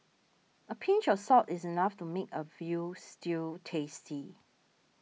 a pinch of salt is enough to make a Veal Stew tasty